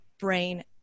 brain